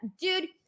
Dude